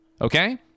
okay